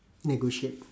negotiate